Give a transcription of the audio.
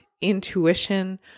intuition